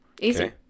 Easy